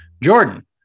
Jordan